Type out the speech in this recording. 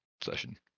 session